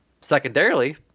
secondarily